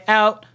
out